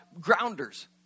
grounders